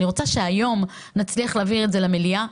אני רוצה שהיום או מחר נצליח להביא את זה למליאה.